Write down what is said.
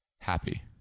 happy